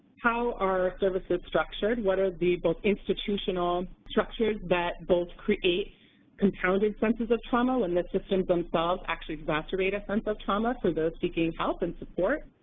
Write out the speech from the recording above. how are services structured? what are the both institutional structures that both create compounded senses of trauma when the systems themselves actually exacerbate a sense of trauma for those seeking help and support.